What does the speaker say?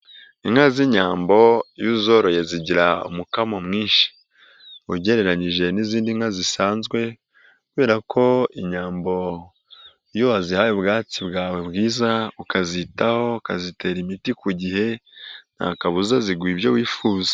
Inka z'inyambo iyo uzoroye zigira umukamo mwinshi ugereranyije n'izindi nka zisanzwe, kubera ko inyambo iyo wazihaye ubwatsi bwawe bwiza ukazitaho, ukazitera imiti ku gihe, nta kabuza ziguha ibyo wifuza.